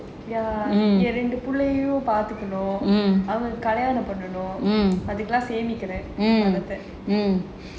ya ஏன் ரெண்டு புள்ளையும் பாத்துக்கணும் அவங்களுக்கு கல்யாணம் பண்ணனும் அதுக்காக சேமிக்குறேன்:yaen rendu pullayum paathukanum avangalauku kalyaanam pannanum athukaaga saemikuraen